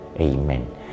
Amen